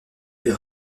ils